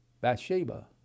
Bathsheba